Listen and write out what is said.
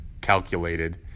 calculated